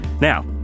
now